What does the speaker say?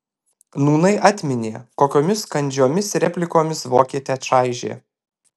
nūnai atminė kokiomis kandžiomis replikomis vokietę čaižė